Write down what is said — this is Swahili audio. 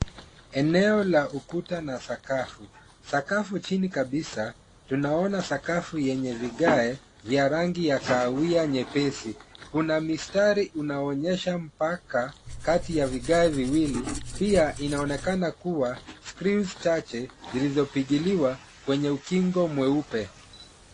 Eneo la ukuta na sakafu. Sakafu chini kabisa, tunaona sakafu yenye vigae vya rangi ya kahawia nyepesi. Kuna mistari unaonyesha mpaka kati ya vigae viwili, pia inaonekana kuwa screws chache zilizopigiliwa kwenye ukingo mweupe.